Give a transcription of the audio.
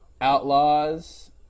Outlaws